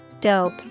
Dope